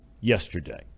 yesterday